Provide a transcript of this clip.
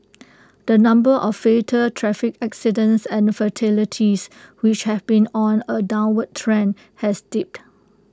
the number of fatal traffic accidents and fatalities which has been on A downward trend has dipped